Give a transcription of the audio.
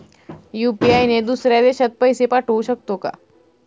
UPI ने दुसऱ्या देशात पैसे पाठवू शकतो का?